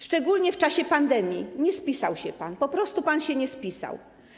Szczególnie w czasie pandemii nie spisał się pan, po prostu pan się nie spisał.